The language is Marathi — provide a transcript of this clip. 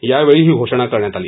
यावेळी ही घोषणा करण्यात आली